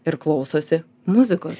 ir klausosi muzikos